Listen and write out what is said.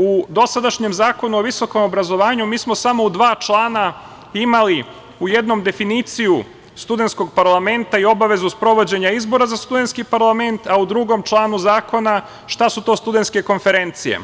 U dosadašnjem Zakonu o visokom obrazovanju mi smo samo u dva člana imali u jednom definiciju studentskog parlamenta i obavezu sprovođenja izbora za studentski parlament, a u drugom članu zakona šta su to studentske konferencije,